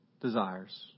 Desires